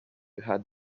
had